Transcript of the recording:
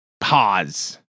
pause